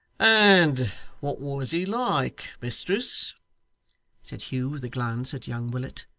and what was he like, mistress said hugh with a glance at young willet,